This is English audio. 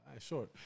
Sure